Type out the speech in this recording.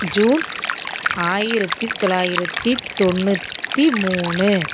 June ஆயிரத்து தொள்ளாயிரத்தி தொண்ணூற்றி மூணு